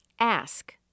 Ask